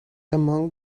among